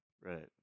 Right